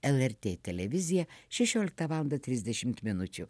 lrt televiziją šešioliktą valandą trisdešimt minučių